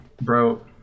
bro